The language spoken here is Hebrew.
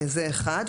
זה אחד.